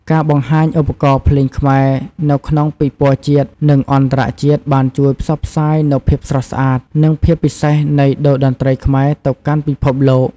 ការបង្ហាញឧបករណ៍ភ្លេងខ្មែរនៅក្នុងពិព័រណ៍ជាតិ និងអន្តរជាតិបានជួយផ្សព្វផ្សាយនូវភាពស្រស់ស្អាត និងភាពពិសេសនៃតូរ្យតន្ត្រីខ្មែរទៅកាន់ពិភពលោក។